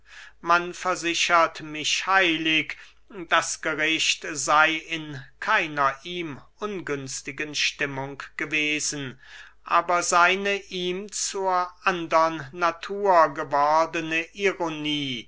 man versichert mich heilig das gericht sey in keiner ihm ungünstigen stimmung gewesen aber seine ihm zur andern natur gewordene ironie